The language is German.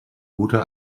gute